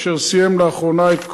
אשר סיים לאחרונה את כהונתו,